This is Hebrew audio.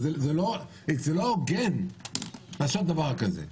אבל זה לא הוגן לעשות דבר כזה.